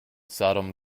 seldom